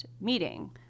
meeting